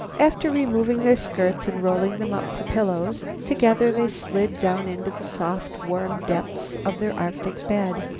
after removing their skirts and rolling them up for pillows, together they slid down into the soft, warm depths of their arctic bed.